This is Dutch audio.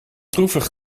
droevig